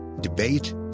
debate